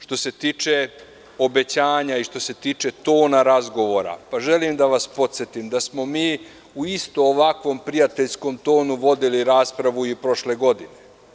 Što se tiče obećanja i što se tiče tona razgovora, želim da vas podsetim da smo mi u isto ovakvom prijateljskom tonu vodili raspravu i prošle godine.